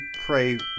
pray